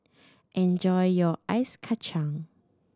enjoy your ice kacang